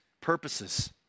purposes